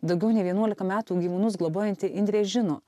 daugiau nei vienuoliką metų gyvūnus globojanti indrė žino